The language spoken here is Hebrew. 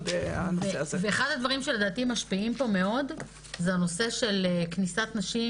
אחד הדברים שלדעתי משפיעים פה מאוד זה הנושא של כניסת נשים